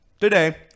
today